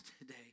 today